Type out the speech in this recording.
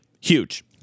huge